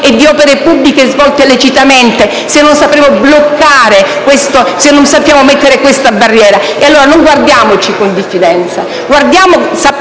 di opere pubbliche svolte lecitamente, se non sapremo bloccare, se non sapremo mettere questa barriera? Allora, non guardiamoci con diffidenza. Sappiamo